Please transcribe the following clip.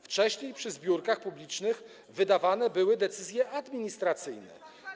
Wcześniej przy zbiórkach publicznych wydawane były decyzje administracyjne.